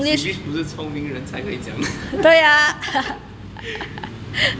singlish 不是聪明人才会讲